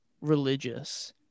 religious